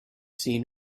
seen